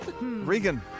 Regan